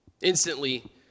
Instantly